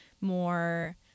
more